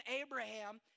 Abraham